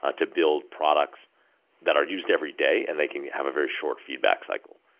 ah to build products that are used every day and they can have a very short feedback cycle.